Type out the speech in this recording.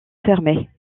fermées